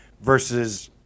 versus